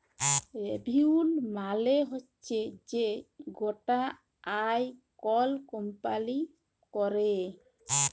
revenue মালে হচ্যে যে গটা আয় কল কম্পালি ক্যরে